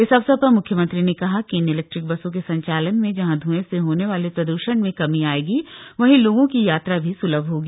इस अवसर पर मुख्यमंत्री ने कहा कि इन इलेक्ट्रिक बसों के संचालन से जहां धुएं से होने वाले प्रदूषण में कमी आएगी वहीं लोगों की यात्रा भी सुलभ होगी